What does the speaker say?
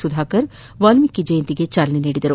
ಸುಧಾಕರ್ ವಾಲ್ಮೀಕಿ ಜಯಂತಿಗೆ ಚಾಲನೆ ನೀಡಿದರು